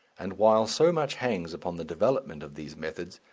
and while so much hangs upon the development of these methods,